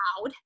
loud